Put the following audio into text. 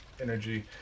energy